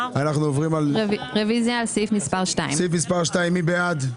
אנחנו עוברים לרוויזיה סעיף מספר 2. סעיף מספר 2 מי בעד?